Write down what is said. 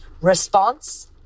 Response